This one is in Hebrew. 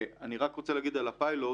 אני רוצה להגיד על הפיילוט